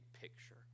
picture